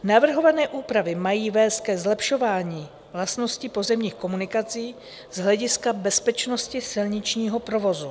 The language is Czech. Navrhované úpravy mají vést ke zlepšování vlastností pozemních komunikací z hlediska bezpečnosti silničního provozu.